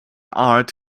art